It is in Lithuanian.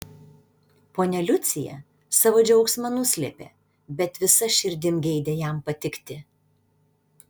ponia liucija savo džiaugsmą nuslėpė bet visa širdim geidė jam patikti